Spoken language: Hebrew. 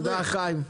תודה חיים.